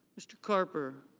mr. carper.